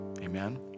Amen